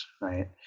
right